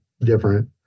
different